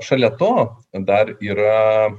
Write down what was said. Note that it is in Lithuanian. šalia to dar yra